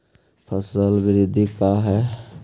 फसल वृद्धि का है?